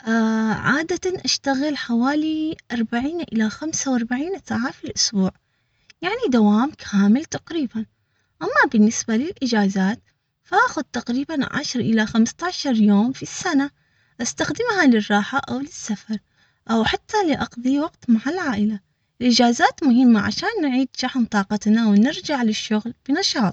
اه عادة اشتغل حوالي اربعين الى خمسة واربعين ساعة في الاسبوع. يعني دوام كامل تقريبا. اما بالنسبة للاجازات فاخذ تقريبا عشر الى خمستاشر يوم في السنة استخدمها للراحة او للسفر او حتى لاقضي وقت مع العائلة الاجازات مهمة عشان نعيد شحن طاقتنا ونرجع للشغل بنشاط.